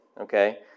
okay